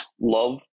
love